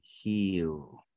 heal